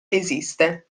esiste